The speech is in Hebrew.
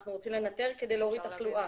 אנחנו רוצים לנטר כדי להוריד את התחלואה.